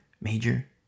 major